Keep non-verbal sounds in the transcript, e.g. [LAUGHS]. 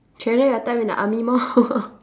treasure your time in the army more [LAUGHS]